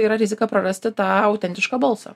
tai yra rizika prarasti tą autentišką balsą